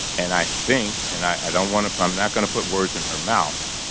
and i think and i don't want to i'm not going to put words in her mouth.